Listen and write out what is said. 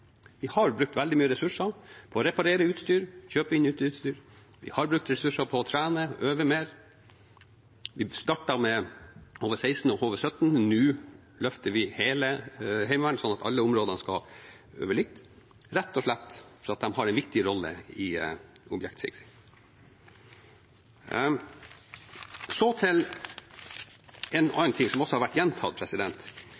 Vi har brukt veldig mye ressurser på å reparere utstyr og kjøpe inn nytt utstyr. Vi har brukt ressurser på å trene og øve mer. Vi startet med HV 16 og HV 17, og nå løfter vi hele Heimevernet, slik at alle områdene skal øve likt – rett og slett fordi de har en viktig rolle i objektsikringen. Så til en